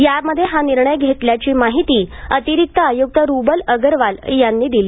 यात हा निर्णय घेतल्याची माहिती अतिरिक्त आयुक्त रूबल अग्रवाल यांनी दिली